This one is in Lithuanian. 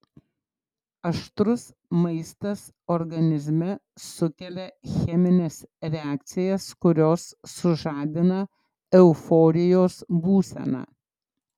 aštrus maistas organizme sukelia chemines reakcijas kurios sužadina euforijos būseną